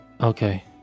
Okay